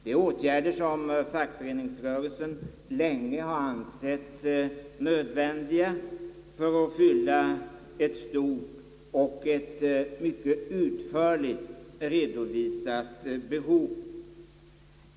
Det är åtgärder som fackföreningsrörelsen länge har ansett nödvändiga för att fylla ett stort och mycket utförligt redovisat behov.